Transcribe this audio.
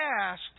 asked